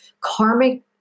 karmic